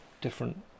different